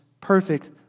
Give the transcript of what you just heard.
perfect